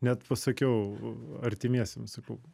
net pasakiau artimiesiems sakau